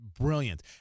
Brilliant